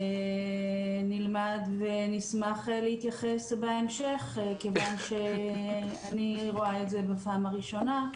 נלמד ונשמח להתייחס בהמשך כיוון שאני רואה את זה בפעם הראשונה.